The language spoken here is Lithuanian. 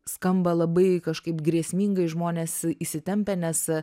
skamba labai kažkaip grėsmingai žmonės įsitempę nes